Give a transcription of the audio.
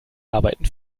arbeiten